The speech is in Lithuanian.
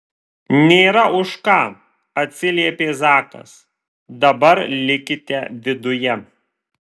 nėra už ką atsiliepė zakas dabar likite viduje